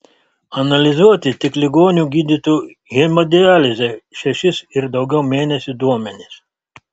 analizuoti tik ligonių gydytų hemodialize šešis ir daugiau mėnesių duomenys